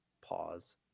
pause